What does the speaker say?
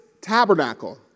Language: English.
tabernacle